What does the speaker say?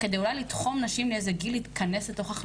אבל גם יש נתונים על סיכונים מאוד גדולים לאם ולעובר ולהריון